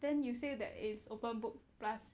then you say that it's open book plus